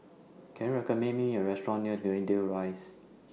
Can YOU recommend Me A Restaurant near Greendale Rise